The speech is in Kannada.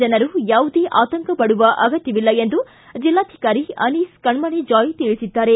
ಜನರು ಯಾವುದೇ ಆತಂಕ ಪಡುವ ಅಗತ್ತವಿಲ್ಲ ಎಂದು ಜೆಲ್ಲಾಧಿಕಾರಿ ಅನೀಸ್ ಕಣ್ಣಣೆಜಾಯ್ ತಿಳಿಸಿದ್ದಾರೆ